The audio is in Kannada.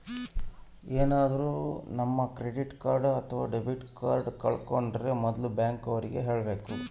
ಏನಾದ್ರೂ ನಮ್ ಕ್ರೆಡಿಟ್ ಕಾರ್ಡ್ ಅಥವಾ ಡೆಬಿಟ್ ಕಾರ್ಡ್ ಕಳ್ಕೊಂಡ್ರೆ ಮೊದ್ಲು ಬ್ಯಾಂಕ್ ಅವ್ರಿಗೆ ಹೇಳ್ಬೇಕು